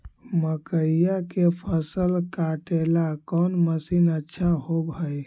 मकइया के फसल काटेला कौन मशीन अच्छा होव हई?